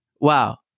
wow